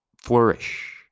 flourish